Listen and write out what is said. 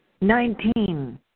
Nineteen